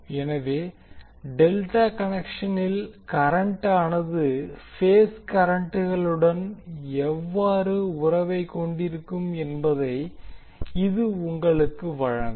எனவே டெல்டா கனெக்ஷனில் கரண்டானது பேஸ் கரண்ட்களுடன் எவ்வாறு உறவைக் கொண்டிருக்கும் என்பதை இது உங்களுக்கு வழங்கும்